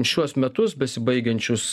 šiuos metus besibaigiančius